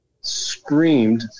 screamed